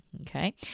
Okay